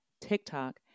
TikTok